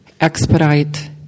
expedite